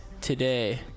Today